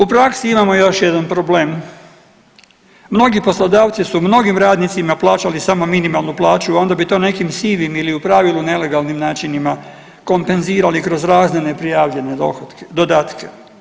U praksi imamo još jedan problem, mnogi poslodavci su mnogim radnicima plaćali samo minimalnu plaću, a onda bi to nekim sivim ili u pravilu nelegalnim načinima kompenzirali kroz razne neprijavljene dohotke, dodatke.